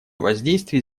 воздействие